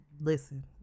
listen